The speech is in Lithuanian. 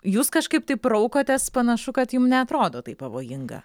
jūs kažkaip taip raukotės panašu kad jum neatrodo tai pavojinga